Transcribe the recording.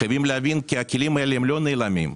חייבים להבין, כי הכלים האלה לא נעלמים.